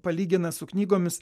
palygina su knygomis